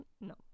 No